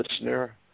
listener